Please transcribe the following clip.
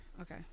Okay